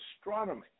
astronomy